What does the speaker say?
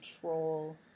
troll